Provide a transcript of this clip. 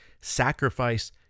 sacrifice